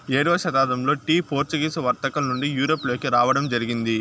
ఏడవ శతాబ్దంలో టీ పోర్చుగీసు వర్తకుల నుండి యూరప్ లోకి రావడం జరిగింది